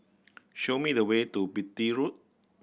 show me the way to Beatty Road